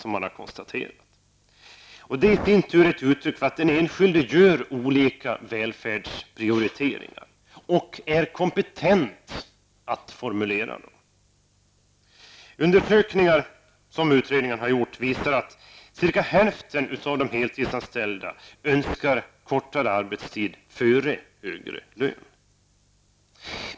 Det är i sin tur ett uttryck för att den enskilde gör olika välfärdsprioriteringar och är kompetent att formulera dem. Undersökningar som utredningen har gjort visar att ca hälften av de heltidsanställda prioriterar kortare arbetstid före högre lön.